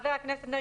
חבר הכנסת מרגי,